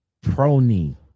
Prony